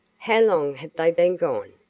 how long have they been gone?